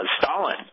Stalin